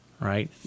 right